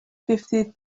fifty